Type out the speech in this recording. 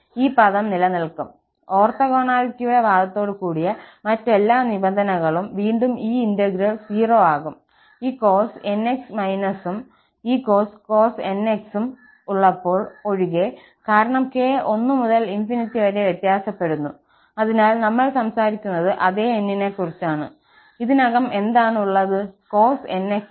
ഈ പദം നിലനിൽക്കും ഓർത്തോഗോണാലിറ്റിയുടെ വാദത്തോടുകൂടിയ മറ്റെല്ലാ നിബന്ധനകളും വീണ്ടും ഈ ഇന്റഗ്രൽ 0 ആകും ഈ cos nx ഉം ഈ cos nx ഉം ഉള്ളപ്പോൾ ഒഴികെ കാരണം k 1 മുതൽ ∞ വരെ വ്യത്യാസപ്പെടുന്നു അതിനാൽ നമ്മൾ സംസാരിക്കുന്നത് അതേ n നെക്കുറിച്ചാണ് ഇതിനകം എന്താണ് ഉള്ളത് cos nx ആണ്